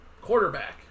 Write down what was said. Quarterback